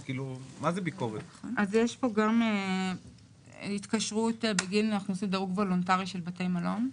יש פה גם התקשרות אנחנו עושים דירוג וולונטרי של בתי מלון,